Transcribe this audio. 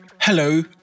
hello